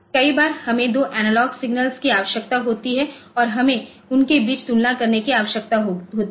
कई बार हमें दो एनालॉग सिग्नल्स की आवश्यकता होती है और हमें उनके बीच तुलना करने की आवश्यकता होती है